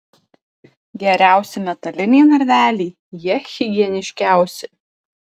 geriausi metaliniai narveliai jie higieniškiausi